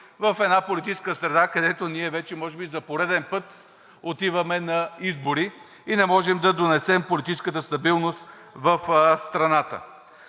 в една политическа среда, където ние вече може би за пореден път отиваме на избори и не можем да донесем политическата стабилност в страната.